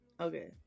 Okay